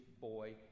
boy